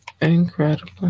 Incredible